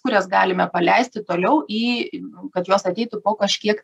kurias galime paleisti toliau į kad jos ateitų po kažkiek